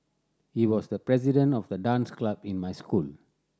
he was the president of the dance club in my school